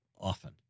often